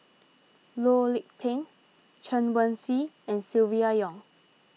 Loh Lik Peng Chen Wen Hsi and Silvia Yong